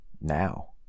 now